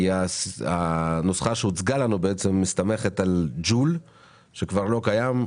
כי הנוסחה שהוצגה לנו בעצם מסתמכת על ג'ול שכבר לא קיים,